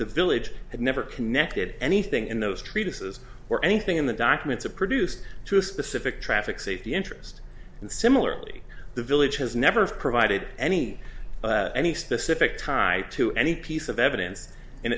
the village had never connected anything in those treatises or anything in the documents or produced to a specific traffic safety interest and similarly the village has never provided any any specific tie to any piece of evidence